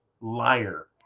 liar